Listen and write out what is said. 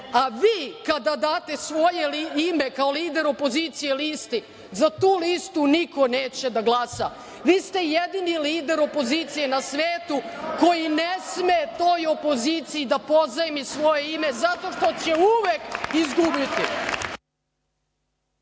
a vi kada date svoje ime kao lider opozicije listi, za tu listu niko neće da glasa. Vi ste jedini lider opozicije na svetu koji ne sme toj opoziciji da pozajmi svoje ime zato što će uvek izgubiti.